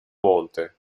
monte